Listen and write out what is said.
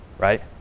Right